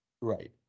Right